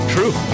True